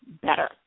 better